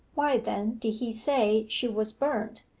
why, then, did he say she was burnt,